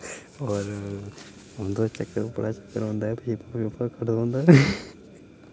होर उंदा चक्कर बड़ा चक्कर होंदा ऐ